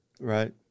Right